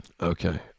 Okay